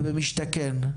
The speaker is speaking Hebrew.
ובמשתכן,